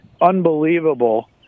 unbelievable